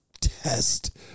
test